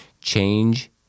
change